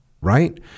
Right